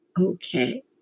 okay